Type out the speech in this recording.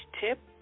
tip